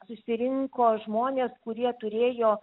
susirinko žmonės kurie turėjo